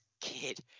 kid